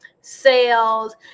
sales